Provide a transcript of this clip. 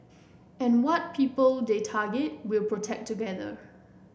and what people they target we'll protect together